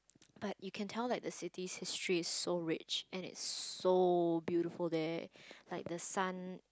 but you can tell like the city's history is so rich and it's so beautiful there like the sun